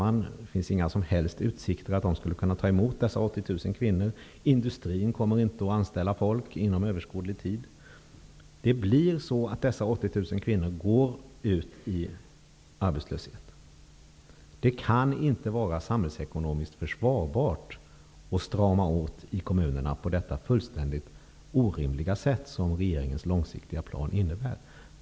Det finns inga som helst utsikter att man där skall kunna ta emot dessa 80 000 kvinnor. Industrin kommer inte att anställa folk inom en överskådlig tid. Dessa 80 000 kvinnor kommer att gå ut i arbetslöshet. Det kan inte vara samhällsekonomiskt försvarbart att strama åt i kommunerna på detta fullständigt orimliga sätt som regeringens långsiktiga plan innebär.